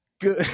good